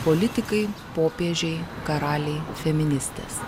politikai popiežiai karaliai feministės